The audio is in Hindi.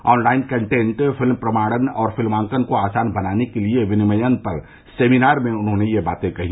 ऑनलाइन कांटेन्ट फिल्म प्रमाणन और फिल्मांकन को आसान बनाने के विनियमन पर सेमिनार में उन्होंने यह बात कहीं